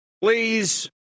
please